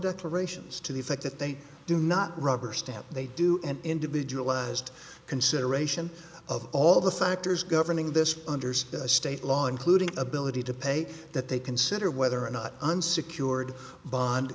declarations to the effect that they do not rubber stamp they do an individualized consideration of all the factors governing this under state law including ability to pay that they consider whether or not unsecured bond